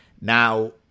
Now